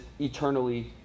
eternally